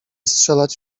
strzelać